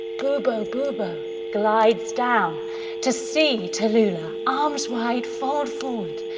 boobo boobo glides down to see tallulah. arms wide, fold forward.